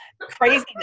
craziness